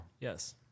Yes